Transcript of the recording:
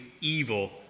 evil